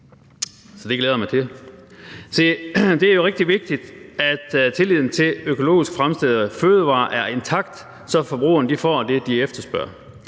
det er jo rigtig vigtigt, at tilliden til økologisk fremstillede fødevarer er intakt, så forbrugerne får det, de efterspørger.